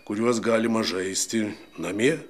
kuriuos galima žaisti namie